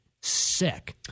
sick